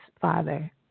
father